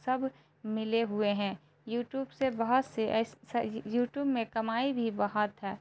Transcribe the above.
سب ملے ہوئے ہیں یوٹیوب سے بہت سے ایسے یوٹیوب میں کمائی بھی بہت ہے